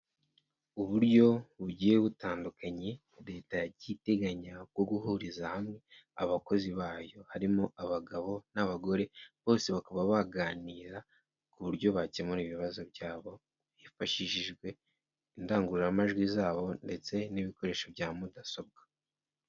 Uburyo bugiye butandukanye, leta yagiye iteganya bwo guhuriza hamwe abakozi bayo. Harimo abagabo n'abagore bose bakaba baganira ku buryo bakemura ibibazo byabo, hifashishijwe indangururamajwi zabo ndetse n'ibikoresho bya mudasobwa.